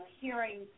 hearing